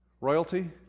Royalty